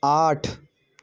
आठ